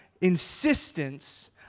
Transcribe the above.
insistence